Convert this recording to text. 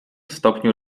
stopniu